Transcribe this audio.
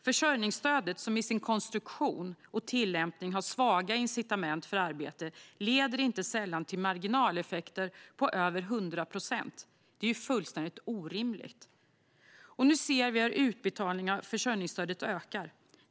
Försörjningsstödet, som i sin konstruktion och tillämpning har svaga incitament till arbete, leder inte sällan till marginaleffekter på över 100 procent. Det är fullständigt orimligt! Nu ser vi hur utbetalningen av försörjningsstöd ökar.